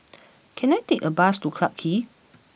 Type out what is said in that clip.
can I take a bus to Clarke Quay